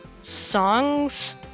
songs